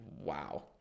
Wow